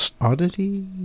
oddity